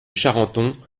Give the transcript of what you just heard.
charenton